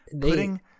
putting